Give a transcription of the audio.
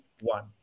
one